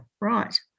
Right